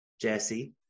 Jesse